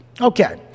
Okay